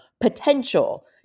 potential